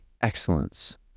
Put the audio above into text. excellence